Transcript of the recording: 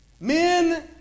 Men